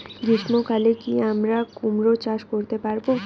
গ্রীষ্ম কালে কি আমরা কুমরো চাষ করতে পারবো?